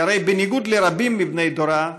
כי הרי בניגוד לרבים מבני דורה,